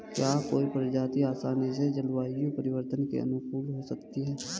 क्या कोई प्रजाति आसानी से जलवायु परिवर्तन के अनुकूल हो सकती है?